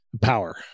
power